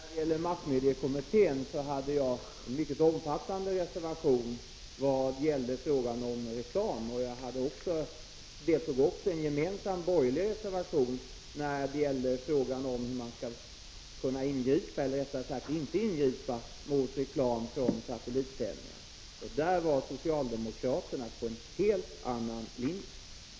Herr talman! När det gäller massmediekommittén hade jag en mycket omfattande reservation om reklamen. Vidare har jag varit med om att 31 underteckna en gemensam borgerlig reservation som gällde frågan om när man inte skall ingripa mot reklam från satellitsändningar. I det avseendet följde socialdemokraterna en helt annan linje.